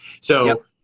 So-